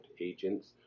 agents